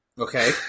Okay